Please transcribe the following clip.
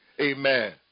Amen